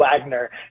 Wagner